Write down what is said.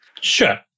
Sure